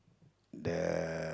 the